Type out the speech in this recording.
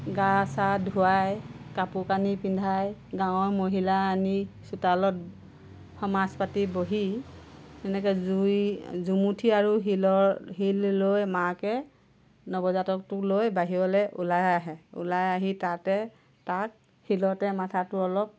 গা চা ধোৱাই কাপোৰ কানি পিন্ধাই গাঁৱৰ মহিলা আনি চোতালত সমাজ পাতি বহি এনেকৈ জুই জুমুঠি আৰু শিলৰ শিল লৈ মাকে নৱজাতকটোক লৈ বাহিৰলৈ ওলাই আহে ওলাই আহি তাতে তাক শিলতে মাথাটো অলপ